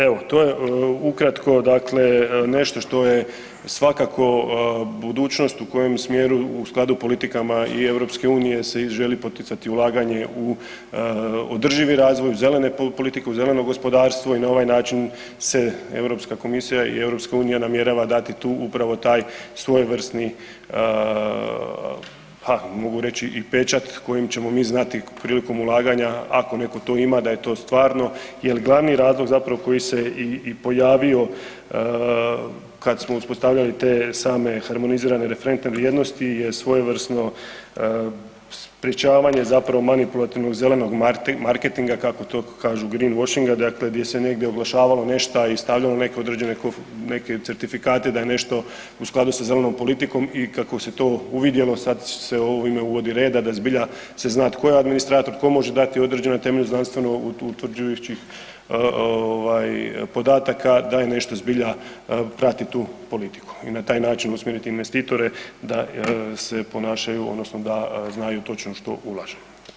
Evo, to je ukratko dakle nešto što je svakako budućnost u kojem smjeru u skladu s politikama i EU-a se i želi poticati ulaganje u održivi razvoj, u zelene politike, u zeleno gospodarstvo i na ovaj način se Europska komisija i EU namjerava dati tu upravo taj svojevrsni ha, mogu reći i pečat kojim ćemo mi znati prilikom ulaganja ako netko to ima, da je to stvarno jer glavni razlog zapravo koji se i pojavio kad smo uspostavljali te same harmonizirane referentne vrijednosti je svojevrsno sprječavanje zapravo manipulativnog zelenog marketinga, kako to kažu green washinga, dakle gdje se negdje oglašavalo nešta i stavljalo neke određene certifikate da je nešto u skladu sa zelenom politikom i kako se to uvidjelo, sad ovime uvodi reda da zbilja se zna tko je administrator, tko može dati određeno na temelju znanstveno utvrđujućih podataka, da nešto zbilja prati politiku i na taj način usmjeriti investitore da se ponašaju odnosno znaju točno što ulažu.